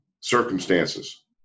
circumstances